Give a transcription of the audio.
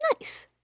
Nice